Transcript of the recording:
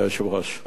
אני מאוד מודה לך.